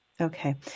Okay